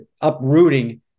uprooting